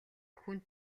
хүн